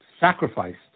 sacrificed